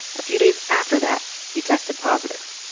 a few days after that, he tested positive.